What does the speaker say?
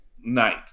night